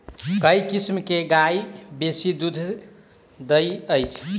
केँ किसिम केँ गाय बेसी दुध दइ अछि?